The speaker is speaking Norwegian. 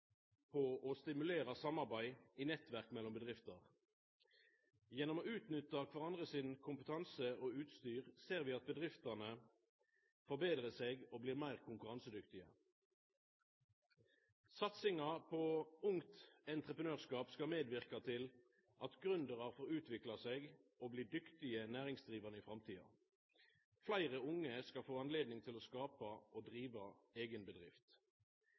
for å stimulera til samarbeid i nettverk mellom bedrifter. Gjennom å utnytta kvarandre sin kompetanse og sitt utstyr ser vi at bedriftene forbetrar seg og blir meir konkurransedyktige. Satsinga på ungt entreprenørskap skal medverka til at gründerar får utvikla seg og bli dyktige næringsdrivande i framtida. Fleire unge skal få høve til å skapa og driva eiga bedrift.